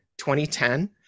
2010